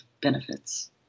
benefits